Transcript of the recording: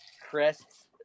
crest